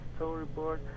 storyboard